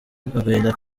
agahinda